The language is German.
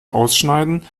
ausschneiden